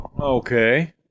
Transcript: Okay